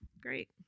Great